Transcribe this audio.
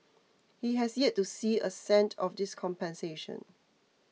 he has yet to see a cent of this compensation